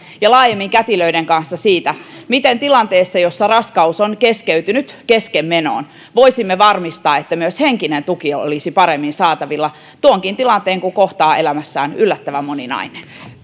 ja laajemmin kätilöiden kanssa siitä miten tilanteessa jossa raskaus on keskeytynyt keskenmenoon voisimme varmistaa että myös henkinen tuki olisi paremmin saatavilla tuonkin tilanteen kun kohtaa elämässään yllättävän moni nainen